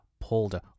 pulled